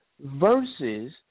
versus